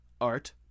art